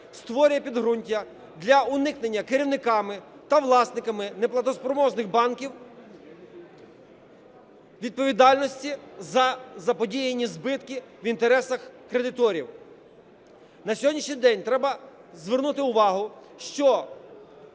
створює підґрунтя для уникнення керівниками та власниками неплатоспроможних банків відповідальності за заподіяні збитки в інтересах кредиторів. На сьогоднішній день треба звернути увагу, що